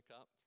up